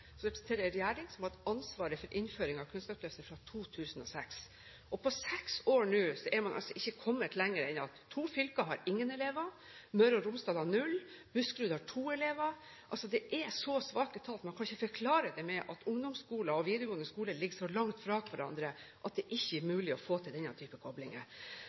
representerer en regjering som har hatt ansvaret for innføring av Kunnskapsløftet fra 2006. På seks år nå er man altså ikke kommet lenger enn at to fylker har ingen elever, Møre og Romsdal har null, Buskerud har to elever. Det er så svake tall at man kan ikke forklare det med at ungdomsskoler og videregående skoler ligger så langt fra hverandre at det ikke er mulig å få til denne typen koblinger.